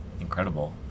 Incredible